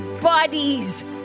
bodies